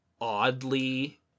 oddly